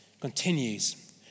continues